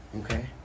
Okay